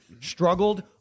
struggled